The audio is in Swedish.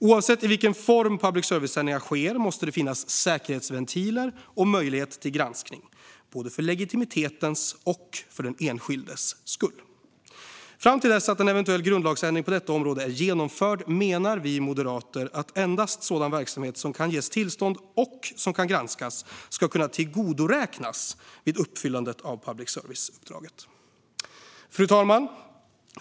Oavsett i vilken form public service-sändningar sker måste det finnas säkerhetsventiler och möjlighet till granskning, både för legitimitetens och för den enskildes skull. Fram till dess att en eventuell grundlagsändring på detta område är genomförd menar vi moderater att endast sådan verksamhet som kan ges tillstånd och som kan granskas ska kunna tillgodoräknas vid uppfyllandet av public service-uppdraget. Fru talman!